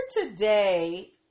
today